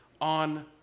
on